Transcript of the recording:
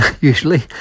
usually